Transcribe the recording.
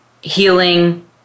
healing